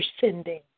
sending